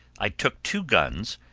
i took two guns,